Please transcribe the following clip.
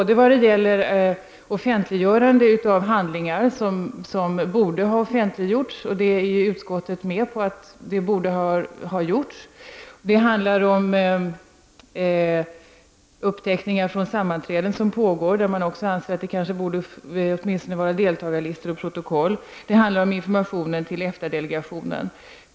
Det gäller t.ex. offentliggörandet av handlingar som borde ha offentliggjorts. Utskottet är med på att det borde ha gjorts. Det handlar om uppteckningar från sammanträden som pågår, där man anser att det åtminstone borde finnas deltagarlistor och protokoll. Det handlar om informationen i EFTA-delegationen.